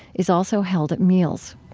is also held at meals